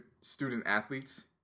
student-athletes